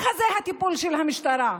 זה הטיפול של המשטרה.